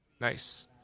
Nice